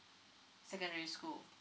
secondary school